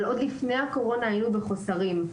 אבל עוד לפני הקורונה היינו בחוסרים.